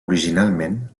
originalment